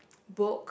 book